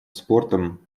спортом